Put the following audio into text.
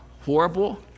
horrible